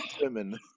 women